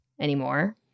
anymore